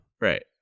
right